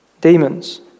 demons